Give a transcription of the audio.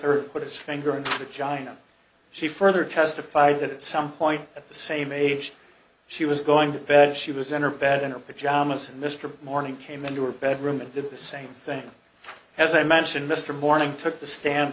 put his finger in the china she further testified that at some point at the same age she was going to bed she was in her bed in her pajamas and mr morning came into her bedroom and did the same thing as i mentioned mr morning took the stand